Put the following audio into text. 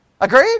Agreed